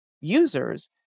users